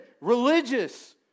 religious